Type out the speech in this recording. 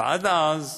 ועד אז,